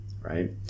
right